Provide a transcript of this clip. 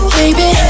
baby